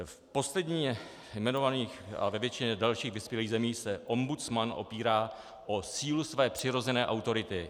V posledně jmenovaných a ve většině dalších vyspělých zemí se ombudsman opírá o sílu své přirozené autority.